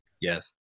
yes